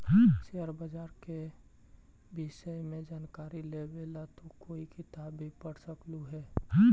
share बाजार के विष्य में जानकारी लेवे ला तू कोई किताब भी पढ़ सकलू हे